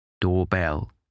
Doorbell